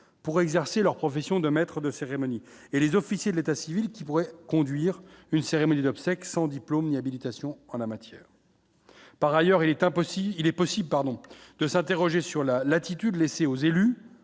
pour exercer leur profession de maître de cérémonie et les officiers de l'état civil qui pourrait conduire une cérémonie d'obsèques sans diplôme ni habilitation en la matière, par ailleurs, il est impossible, il est possible, pardon, de s'interroger sur la latitude laissée aux élus